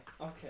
Okay